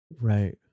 Right